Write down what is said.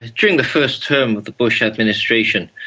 during the first term of the bush administration,